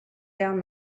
down